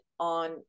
on